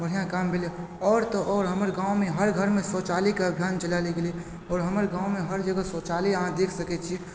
बढ़िआँ काम भेलै आओर तऽ आओर हमर गाममे हर घरमे शौचालय अभियान चलाओल गेलै आओर हमर गाँवमे हर जगह शौचालय अहाँ देख सकैत छी